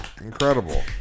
incredible